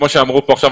כמו שאמרו כאן עכשיו,